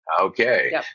Okay